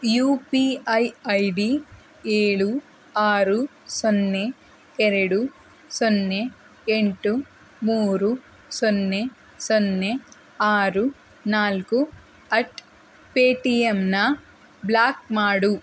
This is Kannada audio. you P I I D ಏಳು ಆರು ಸೊನ್ನೆ ಎರಡು ಸೊನ್ನೆ ಎಂಟು ಮೂರು ಸೊನ್ನೆ ಸೊನ್ನೆ ಆರು ನಾಲ್ಕು ಅಟ್ ಪೆಟಿಎಮ್ನ ಬ್ಲಾಕ್ ಮಾಡು